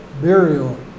burial